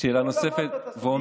קבועים בחוק ובתקנות.